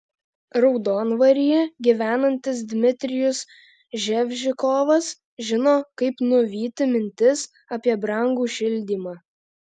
raudondvaryje gyvenantis dmitrijus ževžikovas žino kaip nuvyti mintis apie brangų šildymą